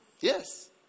Yes